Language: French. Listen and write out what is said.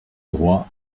droit